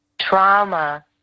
trauma